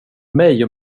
mig